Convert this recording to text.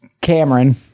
Cameron